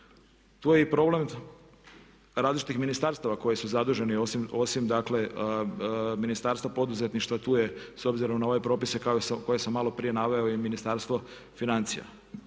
Tu je i problem različitih ministarstava koja su zaduženi osim dakle Ministarstva poduzetništva tu je s obzirom na ove propise koje sam malo prije naveo je i Ministarstvo financija